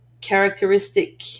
characteristic